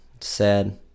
sad